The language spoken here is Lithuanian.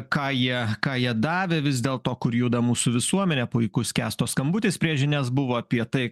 ką jie ką jie davė vis dėlto kur juda mūsų visuomenė puikus kęsto skambutis prieš žinias buvo apie tai